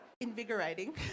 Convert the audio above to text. invigorating